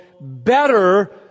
better